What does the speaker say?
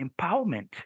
empowerment